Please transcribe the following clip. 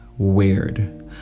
weird